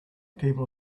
people